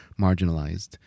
marginalized